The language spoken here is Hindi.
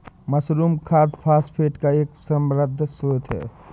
मशरूम खाद फॉस्फेट का एक समृद्ध स्रोत है